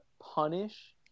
punish